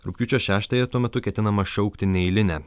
rugpjūčio šeštąją tuo metu ketinama šaukti neeilinę